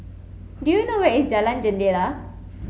do you know where is Jalan Jendela